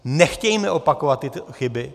Nechtějme opakovat tyto chyby.